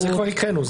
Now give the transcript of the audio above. זה כבר קראנו.